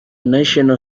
national